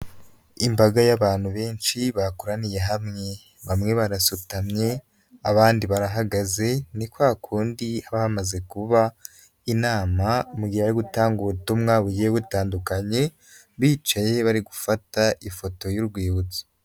Imbaga y'abantu benshi bakoraniye hamwe. Bamwe barasutamye, abandi barahagaze, ni kwa kundi haba hamaze kuba inama mu gihe bari gutanga ubutumwa bugiye butandukanye, bicaye bari gufata ifoto y'urwibutso.